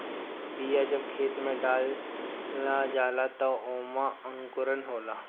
बिया जब खेत में डला जाला तब ओमे अंकुरन होला